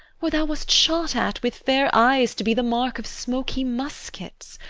where thou wast shot at with fair eyes, to be the mark of smoky muskets?